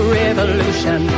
revolution